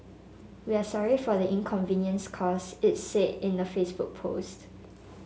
we are sorry for the inconvenience caused it said in a Facebook post